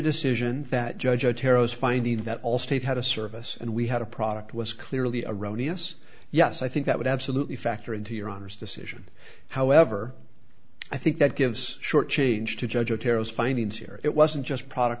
decision that judge otero's finding that allstate had a service and we had a product was clearly erroneous yes i think that would absolutely factor into your honour's decision however i think that gives short change to judge otero's findings here it wasn't just product